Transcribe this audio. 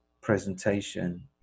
presentation